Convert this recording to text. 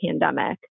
pandemic